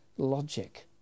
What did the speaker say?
logic